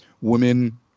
women